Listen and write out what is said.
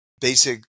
basic